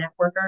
networker